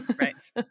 right